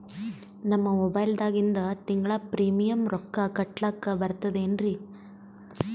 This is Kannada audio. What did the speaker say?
ನಮ್ಮ ಮೊಬೈಲದಾಗಿಂದ ತಿಂಗಳ ಪ್ರೀಮಿಯಂ ರೊಕ್ಕ ಕಟ್ಲಕ್ಕ ಬರ್ತದೇನ್ರಿ?